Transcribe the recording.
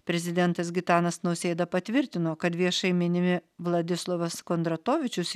prezidentas gitanas nausėda patvirtino kad viešai minimi vladislovas kondratovičius